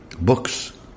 books